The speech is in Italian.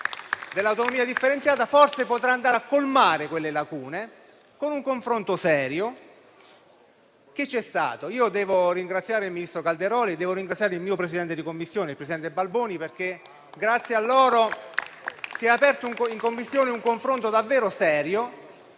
dell'autonomia differenziata forse potrà andare a colmare quelle lacune, con un confronto serio, che c'è stato. Devo ringraziare il ministro Calderoli e il mio presidente di Commissione, il presidente Balboni, perché grazie a loro si è aperto in Commissione un confronto davvero serio,